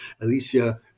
Alicia